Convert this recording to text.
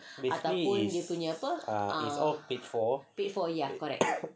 basically is ah it's all paid for